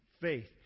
faith